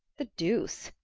the deuce!